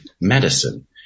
medicine